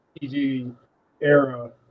PG-era